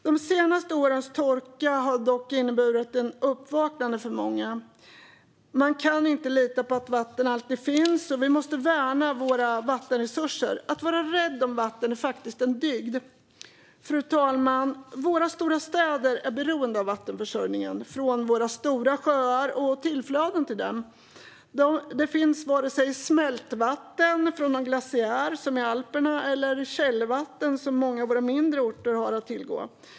De senaste årens torka har dock inneburit ett uppvaknande för många. Man kan inte lita på att vatten alltid finns, och vi måste värna våra vattenresurser. Att vara rädd om vatten är faktiskt en dygd. Fru talman! Våra stora städer är beroende av vattenförsörjningen från våra stora sjöar och från tillflödet till dem. Det finns varken smältvatten från någon glaciär, som i Alperna, eller källvatten, som många av våra mindre orter har att tillgå.